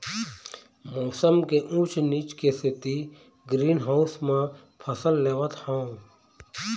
मउसम के ऊँच नीच के सेती ग्रीन हाउस म फसल लेवत हँव